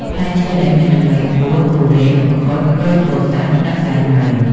ផ្លែឈើដែលមានតម្លៃខ្ពស់ ធូរ៉េន មង្ឃុត ក្រូចពោធិ៍សាត់ និងសាវម៉ាវ។